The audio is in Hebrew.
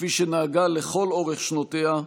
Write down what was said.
כפי שנהגה לכל אורך שנותיה,